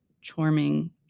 charming